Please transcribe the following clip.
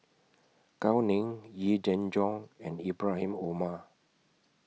Gao Ning Yee Jenn Jong and Ibrahim Omar